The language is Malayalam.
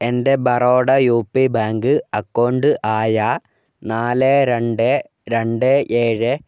എൻ്റെ Baroda U P bank account ആയ നാല് രണ്ട് രണ്ട് ഏഴ്